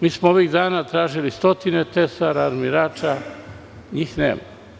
Mi smo ovih dana tražili stotine tesara, armirača, njih nema.